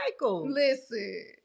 Listen